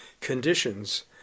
conditions